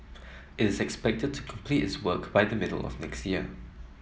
it is expected to complete its work by the middle of next year